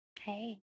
Hey